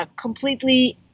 completely